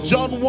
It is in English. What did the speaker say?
John